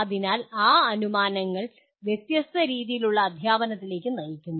അതിനാൽ ആ അനുമാനങ്ങൾ വ്യത്യസ്ത രീതിയിലുള്ള അധ്യാപനത്തിലേക്ക് നയിക്കുന്നു